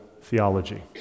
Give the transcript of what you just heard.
theology